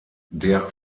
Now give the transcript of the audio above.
der